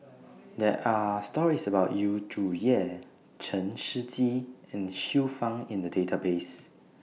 There Are stories about Yu Zhuye Chen Shiji and Xiu Fang in The Database